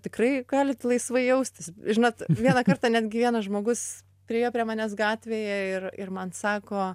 tikrai galit laisvai jaustis žinot vieną kartą netgi vienas žmogus priėjo prie manęs gatvėje ir ir man sako